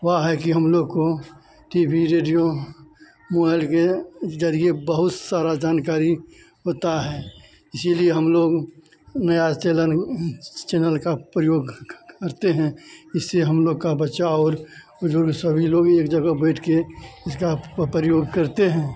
हुआ है कि हम लोग को टीवी रेडियो मोबाइल के जरिए बहुत सारा जानकारी होता है इसलिए हम लोग नया चैलन चैनल का प्रयोग करते हैं इससे हम लोग का बचाव और जो कि सभी लोग एक जगह बैठ कर इसका प्रयोग क करते हैं